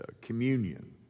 communion